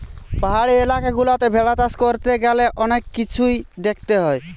পাহাড়ি এলাকা গুলাতে ভেড়া চাষ করতে গ্যালে অনেক কিছুই দেখতে হয়